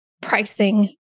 pricing